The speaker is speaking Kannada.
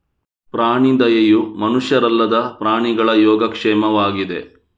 ಪ್ರಾಣಿ ದಯೆಯು ಮನುಷ್ಯರಲ್ಲದ ಪ್ರಾಣಿಗಳ ಯೋಗಕ್ಷೇಮವಾಗಿದೆ